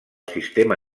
sistema